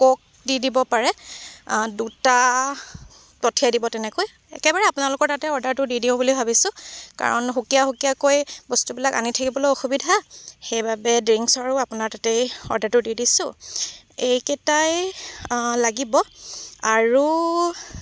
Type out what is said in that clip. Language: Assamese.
ক'ক দি দিব পাৰে দুটা পঠিয়াই দিব তেনেকৈ একেবাৰে আপোনালোকৰ তাতে অৰ্ডাৰটো দি দিওঁ বুলি ভাবিছোঁ কাৰণ সুকীয়া সুকীয়াকৈ বস্তুবিলাক আনি থাকিবলৈও অসুবিধা সেইবাবে ড্ৰিংকছৰো আপোনাৰ তাতেই অৰ্ডাৰটো দি দিছোঁ এইকেইটাই লাগিব আৰু